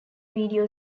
video